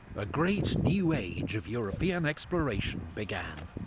a great new age of european exploration began,